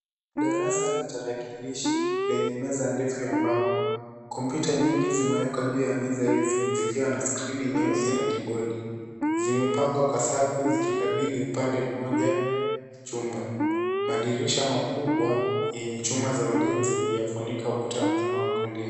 Darasa la tarakilishi lenye meza ndefu ya mbao. Kompyuta nyingi zimewekwa juu ya meza hizi zikiwa na skrini nyeusi na kibodi . Zimepangwa kwa safu zikikabili upande moja wa chumba. Madirisha makubwa yenye chuma za ulinzi umefunika ukuta mzima wa kulia.